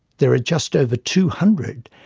there are just over two hundred,